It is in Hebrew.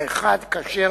האחד, כאשר